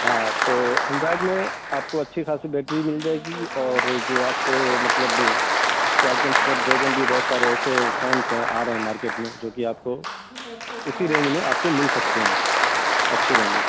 ہاں تو انڈرائڈ میں آپ کو اچھی خاصی بیٹری مل جائے گی اور جو آپ کو مطلب کوالکم سنیپڈرینگن بھی بہت سارے ایسے فونز ہیں آ رہے ہیں مارکیٹ میں جو کہ آپ کو اسی رینج میں آپ کو مل سکتے ہیں اچھے رینج میں